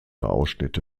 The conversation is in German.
ausschnitte